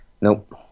Nope